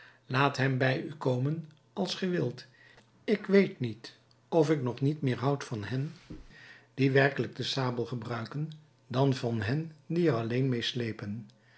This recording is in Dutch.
laat hem bij u komen als ge wilt ik weet niet of ik nog niet meer houd van hen die werkelijk de sabel gebruiken dan van hen die er alleen